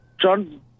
John